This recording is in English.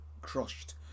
crushed